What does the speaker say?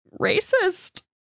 racist